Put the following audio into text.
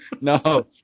No